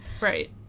Right